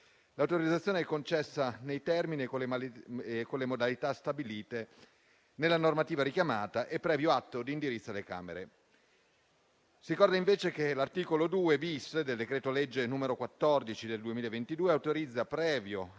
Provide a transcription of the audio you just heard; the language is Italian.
L'autorizzazione è concessa nei termini e con le modalità stabiliti nella normativa richiamata e previo atto di indirizzo delle Camere. Si ricorda, invece, che l'articolo 2-*bis* del decreto-legge n. 14 del 2022 autorizza, previo